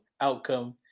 outcome